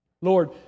Lord